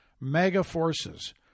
mega-forces